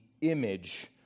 image